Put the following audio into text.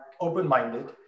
open-minded